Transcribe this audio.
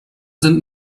sind